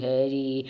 Hari